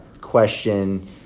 question